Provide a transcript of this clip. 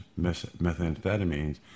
methamphetamines